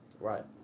Right